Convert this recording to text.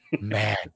man